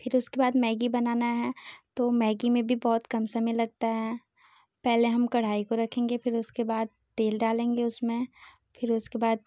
फिर उसके बाद मैगी बनाना है तो मैगी में भी बहुत कम समय लगता है पहले हम कड़ाही को रखेंगे फिर उसके बाद तेल डालेंगे उसमें फिर उसके बाद